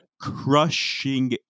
crushing